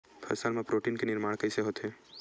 फसल मा प्रोटीन के निर्माण कइसे होथे?